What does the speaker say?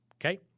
Okay